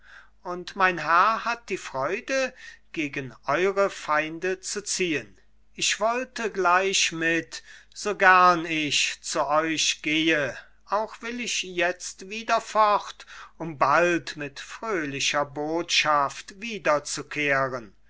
und mein herr hat die freude gegen eure feinde zu ziehen ich wollte gleich mit so gern ich zu euch gehe auch will ich jetzt wieder fort um bald mit fröhlicher botschaft wiederzukehren